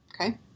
Okay